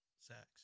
sex